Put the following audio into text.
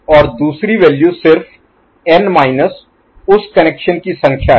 और दूसरी वैल्यू सिर्फ n माइनस उस कनेक्शन की संख्या है